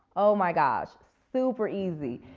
oh, my gosh! super easy.